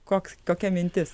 koks kokia mintis